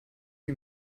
you